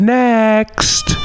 next